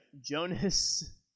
Jonas